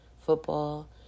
football